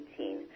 18